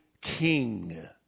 king